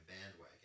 bandwagon